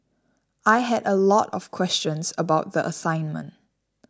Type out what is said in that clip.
I had a lot of questions about the assignment